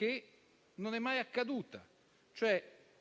come mai è stato